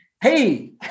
Hey